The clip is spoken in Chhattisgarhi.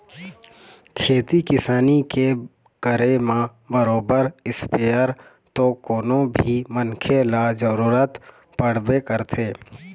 खेती किसानी के करे म बरोबर इस्पेयर तो कोनो भी मनखे ल जरुरत पड़बे करथे